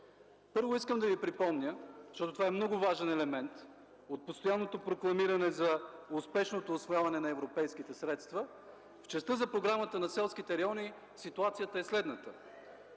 Първо, искам да Ви припомня, защото това е много важен елемент от постоянното прокламиране за успешното усвояване на европейските средства – в частта за Програмата за развитие на селските райони ситуацията е следната: